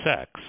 sex